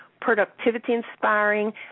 productivity-inspiring